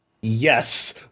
Yes